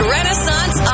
Renaissance